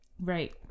Right